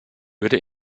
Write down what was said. würde